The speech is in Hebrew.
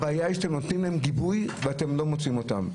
הבעיה היא שאתם נותנים להם גיבוי ואתם לא מוציאים אותם.